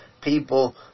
people